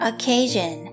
Occasion